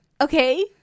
Okay